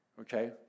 Okay